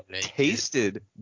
tasted